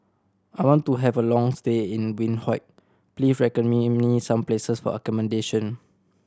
I want to have a long stay in Windhoek please recommend me some places for accommodation